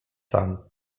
sam